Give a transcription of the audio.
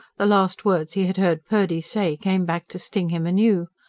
the last words he had heard purdy say came back to sting him anew.